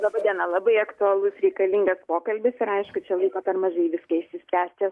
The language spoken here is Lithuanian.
laba diena labai aktualus reikalingas pokalbis ir aišku čia laiko per mažai viską išsispręsti